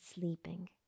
sleeping